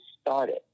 started